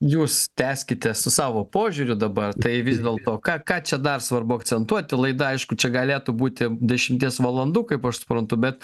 jūs tęskite su savo požiūriu dabar tai vis dėl to ką ką čia dar svarbu akcentuoti laida aišku čia galėtų būti dešimties valandų kaip aš suprantu bet